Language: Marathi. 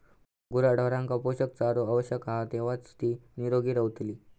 गुराढोरांका पोषक चारो आवश्यक हा तेव्हाच ती निरोगी रवतली